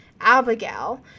Abigail